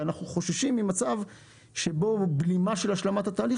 ואנחנו חוששים ממצב שבו בלימה של השלמת התהליך